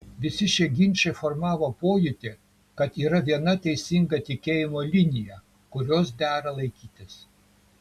visi šie ginčai formavo pojūtį kad yra viena teisinga tikėjimo linija kurios dera laikytis